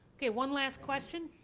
okay one last question?